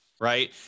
right